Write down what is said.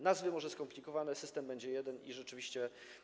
Nazwy są może skomplikowane, ale system będzie jeden i rzeczywiście.